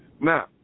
Now